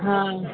हा